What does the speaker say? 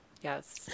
Yes